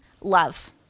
love